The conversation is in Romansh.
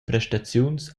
prestaziuns